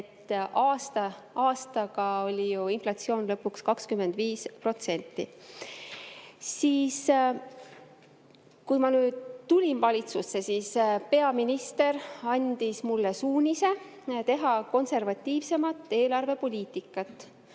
Aastaga oli ju inflatsioon lõpuks 25%. Kui ma nüüd tulin valitsusse, siis peaminister andis mulle suunise teha konservatiivsemat eelarvepoliitikat.